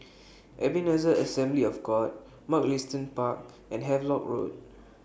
Ebenezer Assembly of God Mugliston Park and Havelock Road